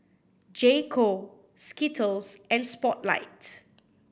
J Co Skittles and Spotlight